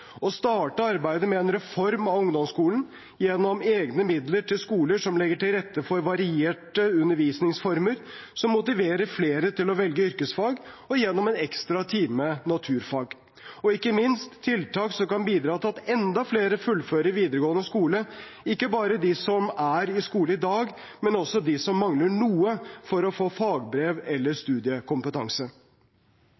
arbeidet med en reform av ungdomsskolen gjennom egne midler til skoler som legger til rette for varierte undervisningsformer som motiverer flere til å velge yrkesfag, gjennom en ekstra time naturfag, og ikke minst tiltak som kan bidra til at enda flere fullfører videregående skole – ikke bare de som er i skole i dag, men også de som mangler noe for å få fagbrev eller